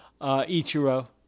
Ichiro